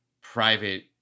private